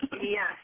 Yes